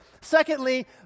Secondly